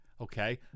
Okay